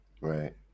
Right